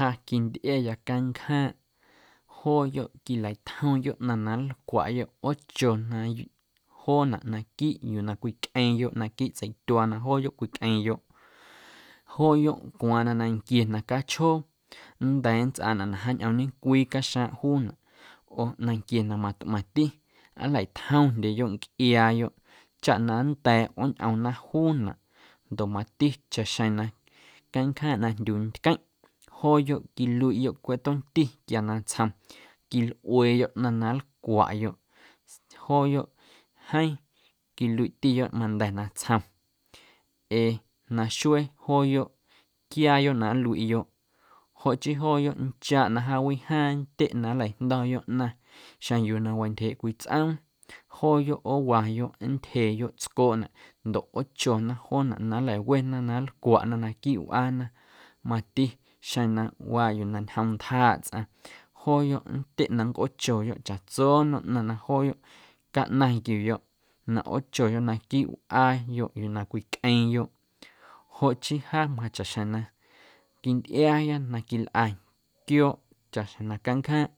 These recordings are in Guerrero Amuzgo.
Ja quintꞌiaya canjaaⁿꞌ jooyoꞌ quileitjomyoꞌ ꞌnaⁿ na nlcwaꞌyoꞌ ꞌoochonay joonaꞌ naquiiꞌ yuu na cwicꞌeeⁿyoꞌ naquiiꞌ tseityuaa na jooyoꞌ cwicꞌeeⁿyoꞌ jooyoꞌ ncwaaⁿ na nanquie na cachjoo nnda̱a̱ nntsꞌaanaꞌ na jaañꞌoom ñecwii caxjaaⁿꞌ juunaꞌ oo nanquie na matꞌmaⁿti nleitjomndyeyoꞌ ncꞌiaayoꞌ chaꞌ na nnda̱a̱ ꞌooñꞌomnaꞌ juunaꞌ ncoꞌ mati chaꞌxjeⁿ na canjaaⁿꞌ na jndyuu ntqueⁿꞌ jooyoꞌ quiluiꞌyoꞌ cweꞌ tomti quia natsjom quilꞌueeyoꞌ ꞌnaⁿ na nlcwaꞌyoꞌ jooyoꞌ jeeⁿ quiluiꞌtiyoꞌ manda̱ natsjom ee naxuee jooyoꞌ nquiaayoꞌ na nluiꞌyoꞌ joꞌ chii jooyoꞌ nchaaꞌ na jaawijaaⁿ nntyeꞌ na nlajndo̱yoꞌ ꞌnaⁿ xeⁿ na yuu na wantyjeeꞌ cwii tsꞌoom jooyoꞌ ꞌoowayoꞌ nntyjeyoꞌ tscooꞌnaꞌ ndoꞌ ꞌoochona joonaꞌ na nlawena na nlcwaꞌna naquiiꞌ wꞌaana mati xeⁿ na waa yuu na ñjom ntjaaꞌ tsꞌaⁿ jooyoꞌ nntyeꞌ na nncꞌoochoyoꞌ chaꞌtso nnom ꞌnaⁿ na jooyoꞌ caꞌnaⁿ nquiuyoꞌ na ꞌoochoyoꞌ naquiiꞌ wꞌaayoꞌ yuu na cwicꞌeeⁿyoꞌ joꞌ chii jaa machaꞌxjeⁿ na quintꞌiaaya na quilꞌa quiooꞌ chaꞌxjeⁿ na canjaaⁿꞌ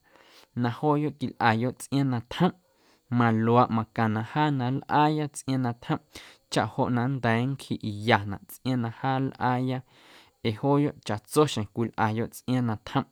na jooyoꞌ quilꞌayoꞌ tsꞌiaaⁿ na tjomꞌ maluaaꞌ macaⁿnaꞌ na jaa nlꞌaaya tsꞌiaaⁿ na tjomꞌ chaꞌ joꞌ na nnda̱a̱ nncjiꞌyanaꞌ tsꞌiaaⁿ na jaa nlꞌaaya ee jooyoꞌ chaꞌtso xjeⁿ cwilꞌayoꞌ tsꞌiaaⁿ na tjomꞌ.